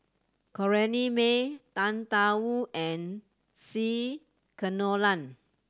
Corrinne May Tang Da Wu and C Kunalan